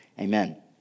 amen